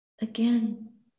again